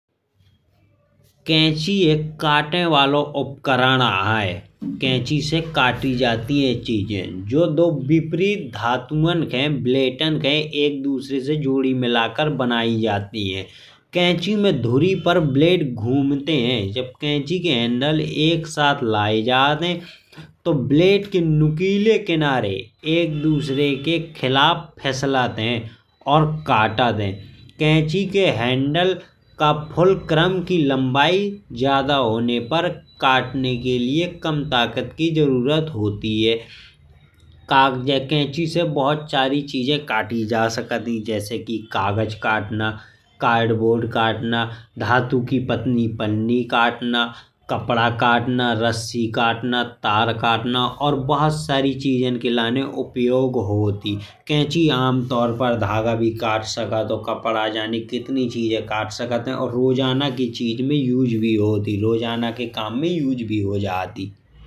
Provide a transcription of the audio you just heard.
कैंची एक काटे वालो उपकरण आयें कैंची से काटी जाती है। चीजें जो दो विपरीत धातुओं के ब्लेडन के एक दूसरे से जोड़ी मिलाकर बनाई जात है। कैंची में धुरी पर ब्लेड घूमत है। जब कैंची के हैंडल एक साथ लाये जात है। तो ब्लेड के नुकीले किनारे एक दूसरे के खिलाफ फिसलत है। और कटत है कैंची के हैंडल का फुल क्रम की लंबाई ज्यादा होने पर। काटने के लिए कम ताकत की ज़रूरत होत है। कैंची से बहुत सारी चीजें काटी जा सकत है। जैसे कि कागज काटना कार्डबोर्ड काटना धातु की पतली पन्नी काटना। कपड़ा काटना रस्सी काटना तार काटना। और बहुत सारी चीज़न के लाने उपयोग होत है। कैंची आम तौर पर धागा भी काट सकत हो। कपड़ा जाने कितनी चीजें काट सकत है। और रोज़ाना की चीज में उपयोग भी होत है। रोज़ाना के काम में उपयोग भी हो जात है।